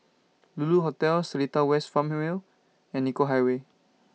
Lulu Hotel Seletar West Farmway and Nicoll Highway